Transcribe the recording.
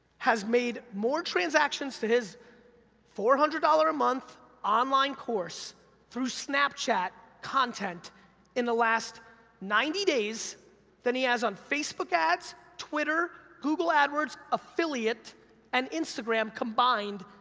has made more transactions to his four hundred dollars a month online course through snapchat content in the last ninety days than he has on facebook ads, twitter, google adwords, affiliate and instagram combined,